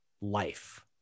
life